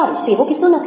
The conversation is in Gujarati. વારુ તેવો કિસ્સો નથી